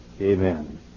Amen